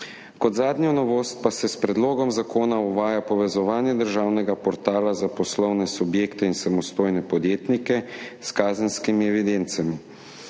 Kot zadnja novost pa se s predlogom zakona uvaja povezovanje državnega portala za poslovne subjekte in samostojne podjetnike s kazenskimi evidencami.